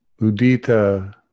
Udita